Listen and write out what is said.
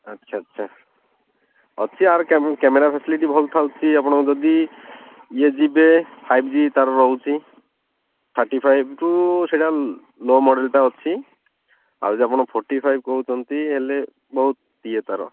ଆଚ୍ଛା ଆଚ୍ଛା ଅଛି ୟାର କ୍ୟାମେରା ଫାସିଲିଟି ଭଲ ଥାଉଛି ଆପଣ ଯଦି ଇଏ ଯିବେ ଫାଇବ୍ ଜି ତା'ର ରହୁଛି ଥାର୍ଟି ଫାଇବ୍ରୁ ସେଇଟା ଲୋ ମଡ଼େଲ୍ଟା ଅଛି ଆଉ ଯଦି ଆପଣ ଫୋର୍ଟି ଫାଇବ୍ ହେଉଛନ୍ତି ହେଲେ ବହୁତ ଇଏ ତା'ର